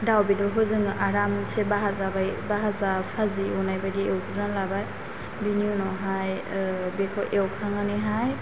दाव बेदरखौ जोङो आरामसे बाहा जाबाय भाजा खाजि एवनाय बादि एवग्रोनानै लाबाय बिनि उनावहाय बेखौ एवखांनानैहाय